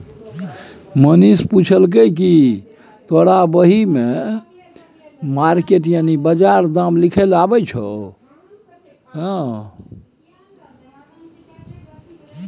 मनीष पुछलकै कि तोरा बही मे मार्केट दाम लिखे अबैत छौ